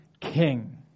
king